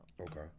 Okay